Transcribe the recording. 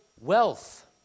wealth